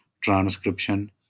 transcription